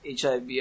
HIV